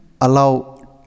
allow